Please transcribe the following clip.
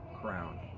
crown